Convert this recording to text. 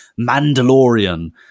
Mandalorian